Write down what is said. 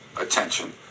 attention